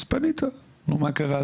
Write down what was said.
אז פנית, מה קרה?